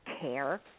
care